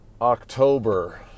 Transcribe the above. October